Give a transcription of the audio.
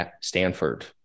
Stanford